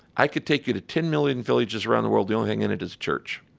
i could take you to ten million villages around the world the only thing in it is church.